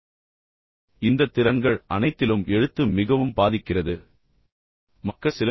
எனவே இந்த திறன்கள் அனைத்திலும் எழுத்து மிகவும் பாதிக்கிறது என்று உங்களுக்குத் தெரியும்